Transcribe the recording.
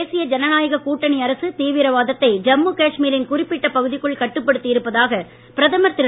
தேசிய ஜனநாயக கூட்டணி அரசு தீவிரவாதத்தை ஜம்மு காஷ்மீரின் குறிப்பிட்ட பகுதிக்குள் கட்டுப்படுத்தி இருப்பதாக பிரதமர் திரு